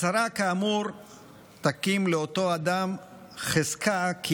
הצהרה כאמור תקים לאותו אדם חזקה כי